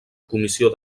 comissió